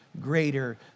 greater